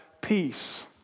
peace